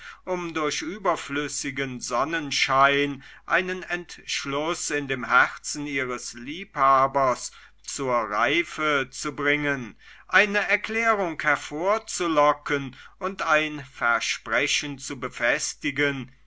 um durch überflüssigen sonnenschein einen entschluß in dem herzen ihres liebhabers zur reife zu bringen eine erklärung hervorzulocken und ein versprechen zu befestigen